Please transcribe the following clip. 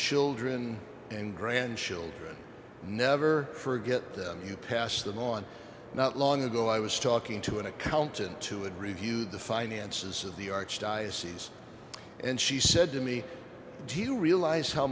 children and grandchildren never forget them you passed them on not long ago i was talking to an accountant to it reviewed the finances of the archdiocese and she said to me do you realize how